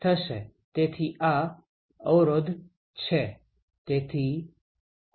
તેથી આ અવરોધ છે